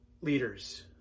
leaders